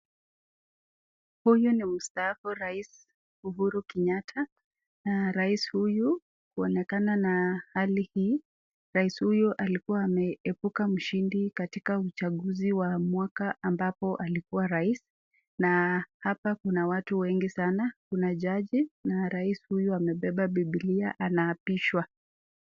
Huyu ni mstaafu rais Uhuru kenyatta, na rais huyu, uonekana na hali hii, rais huyu alikuwa ameebuka mshindi katika uchaguzi wa mwaka ambapo alikuwa rais na hapa kuna watu wengi sana, kuna jaji na rais huyu amebeba bibilia anaapishwa.